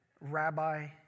rabbi